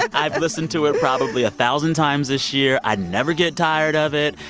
i've listened to it probably a thousand times this year. i never get tired of it.